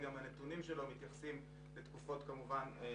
הנתונים שבו מתייחסים לתקופות שקודמות לו.